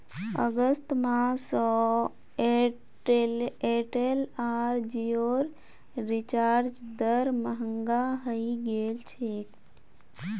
अगस्त माह स एयरटेल आर जिओर रिचार्ज दर महंगा हइ गेल छेक